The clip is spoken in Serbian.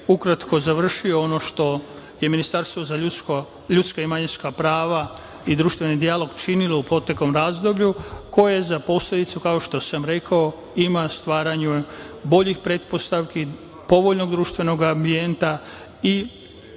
ukratko završio ono što je Ministarstvo za ljudska i manjinska prava i društveni dijalog činilo u proteklom razdoblju, koje za posledicu, kao što sam rekao, ima stvaranje boljih pretpostavki, povoljnog društvenog ambijenta i